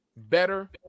better